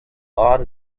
are